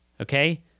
okay